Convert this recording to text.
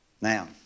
Now